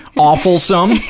awfulsome.